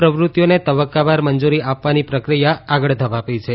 પ્રવૃત્તિઓને તબક્કાવાર મંજૂરી આપવાની પ્રક્રિયા આગળ ધપાવી છે